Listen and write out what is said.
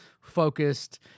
focused